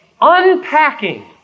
unpacking